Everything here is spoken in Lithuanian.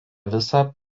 visą